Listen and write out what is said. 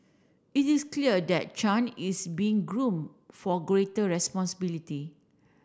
it is clear that Chan is being groom for greater responsibility